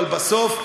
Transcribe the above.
אבל בסוף,